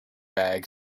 bag